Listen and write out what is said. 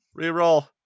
Reroll